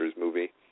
movie